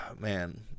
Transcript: man